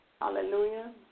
Hallelujah